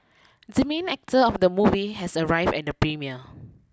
the main actor of the movie has arrived at the premiere